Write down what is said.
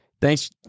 thanks